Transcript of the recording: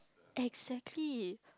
exactly